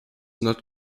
not